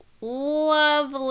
Lovely